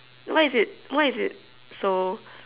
what is it what is it so